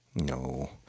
No